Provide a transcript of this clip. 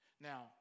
Now